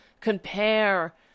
compare